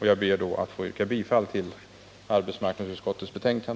Jag ber att få yrka bifall till utskottets hemställan.